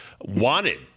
wanted